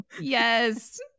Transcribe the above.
Yes